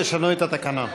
תשנו את התקנון.